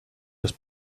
just